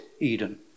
Eden